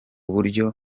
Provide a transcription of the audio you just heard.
buryo